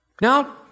Now